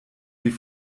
wie